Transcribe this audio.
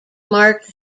marked